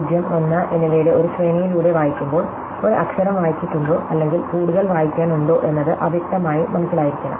0 1 എന്നിവയുടെ ഒരു ശ്രേണിയിലൂടെ വായിക്കുമ്പോൾ ഒരു അക്ഷരം വായിച്ചിട്ടുണ്ടോ അല്ലെങ്കിൽ കൂടുതൽ വായിക്കാനുണ്ടോ എന്നത് അവ്യക്തമായി മനസ്സിലാക്കിയിരിക്കണം